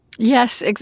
Yes